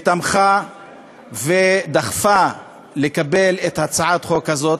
ותמכה ודחפה לקבל את הצעת החוק הזאת.